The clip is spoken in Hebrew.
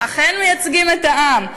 אכן, מייצגים את העם.